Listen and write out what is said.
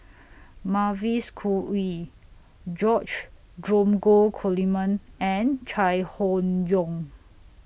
Mavis Khoo Oei George Dromgold Coleman and Chai Hon Yoong